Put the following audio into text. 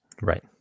Right